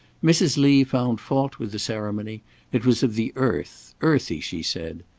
mrs. lee found fault with the ceremony it was of the earth, earthy, she said.